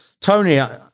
Tony